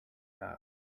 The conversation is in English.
last